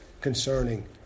concerning